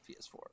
PS4